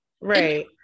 Right